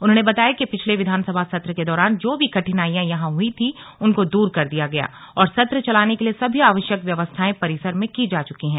उन्होने बताया कि पिछले विधान सभा सत्र के दौरान जो भी कठिनाइयां यहां हई थी उनको दूर कर दिया गया है और सत्र चलाने के लिए सभी आवश्यक व्यवस्थाएं परिसर में की जा चुकी है